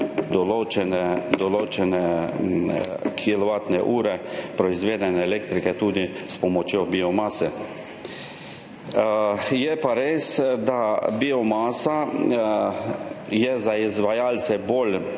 kilovatne ure proizvedene elektrike tudi s pomočjo biomase. Je pa res, da je biomasa za izvajalce bolj